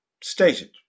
stated